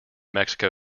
mexico